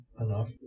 enough